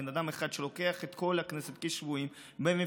בן אדם אחד שלוקח את כל הכנסת כשבויים ומפזר,